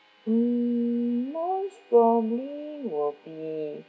mm most probably will be